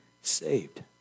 saved